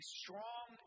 strong